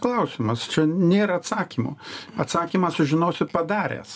klausimas čia nėra atsakymo atsakymą sužinosi padaręs